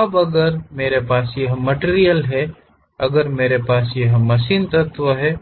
अब अगर मेरे पास यह मटिरियल है अगर मेरे पास यह मशीन तत्व है